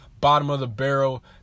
bottom-of-the-barrel